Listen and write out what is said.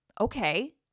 okay